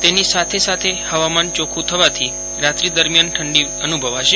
તેની સાથે સાથ હવામાન ચોખ્બું થવાથી રાત્રી દરમિયાન ઠંડી અનુભવાશે